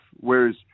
Whereas